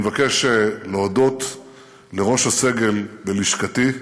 אני מבקש להודות לראש הסגל בלשכתי,